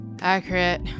accurate